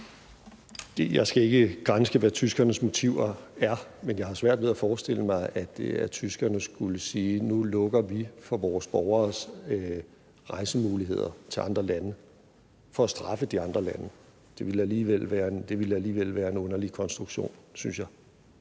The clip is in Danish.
Jeg skal ikke granske, hvad tyskernes motiver er, men jeg har svært ved at forestille mig, at tyskerne skulle sige, at nu lukker de for deres borgeres rejsemuligheder til andre lande for at straffe de andre lande. Det ville alligevel være en underlig konstruktion, synes jeg.